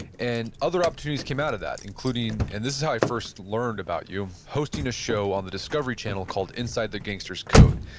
and other opportunities came out of that. and this is how i first learned about you, hosting a show on the discovery channel called inside the gangsters' code,